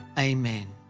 amen.